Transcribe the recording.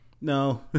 No